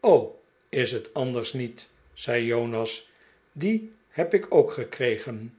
t o is het anders niet zei jonas die heb ik ook gekfegen